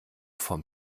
vom